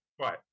Right